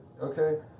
Okay